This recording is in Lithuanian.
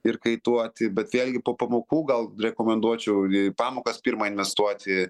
ir kaituoti bet vėlgi po pamokų gal rekomenduočiau į pamokas pirma investuoti